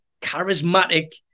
charismatic